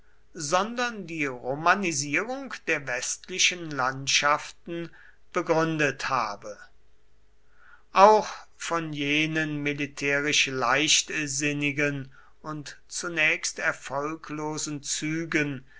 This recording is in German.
sondern die romanisierung der westlichen landschaften begründet habe auch von jenen militärisch leichtsinnigen und zunächst erfolglosen zügen